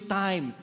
time